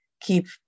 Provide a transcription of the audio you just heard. keep